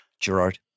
Gerard